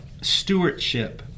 stewardship